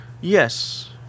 Yes